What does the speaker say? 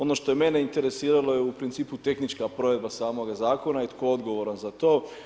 Ono što je mene interesiralo je u principu tehnička provedba samoga zakona i tko je odgovoran za to.